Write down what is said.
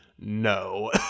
no